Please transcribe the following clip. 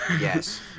yes